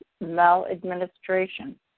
maladministration